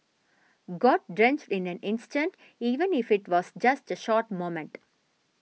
got drenched in an instant even if it was just a short moment